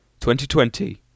2020